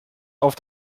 auf